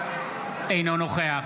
אינו נוכח